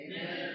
Amen